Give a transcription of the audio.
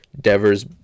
Devers